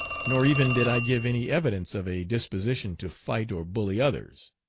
nor even did i give any evidence of a disposition to fight or bully others.